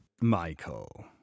michael